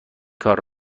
کار